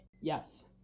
yes